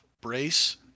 brace